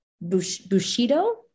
Bushido